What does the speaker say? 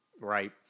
Right